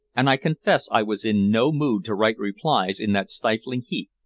and i confess i was in no mood to write replies in that stifling heat,